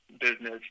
business